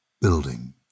building